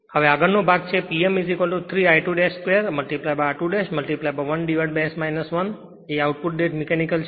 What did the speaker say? હવે આગળનો ભાગ છે P m 3 I2 2 r2 1S 1 એ આઉટપુટ દીઠ મિકેનિકલ છે